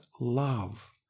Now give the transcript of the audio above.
love